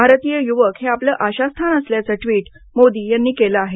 भारतीय युवक हे आपलं आशास्थान असल्याचं ट्वीट मोदी यांनी केलं आहे